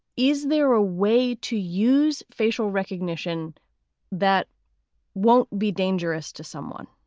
is there a way to use facial recognition that won't be dangerous to someone?